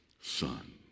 son